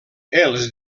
els